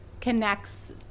connects